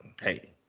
Hey